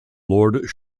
lord